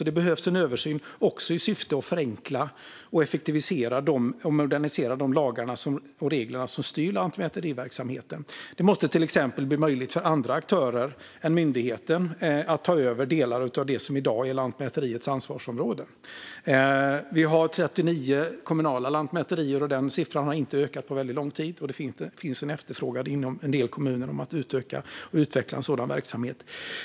Det behövs också en översyn i syfte att förenkla och effektivisera och modernisera de lagar och regler som styr lantmäteriverksamheten. Det måste till exempel bli möjligt för andra aktörer än myndigheten att ta över delar av det som i dag är Lantmäteriets ansvarsområde. Vi har 39 kommunala lantmäterier. Den siffran har inte ökat på väldigt lång tid. Det finns en efterfrågan inom en del kommuner om att utveckla en sådan verksamhet.